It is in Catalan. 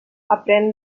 aprén